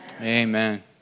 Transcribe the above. amen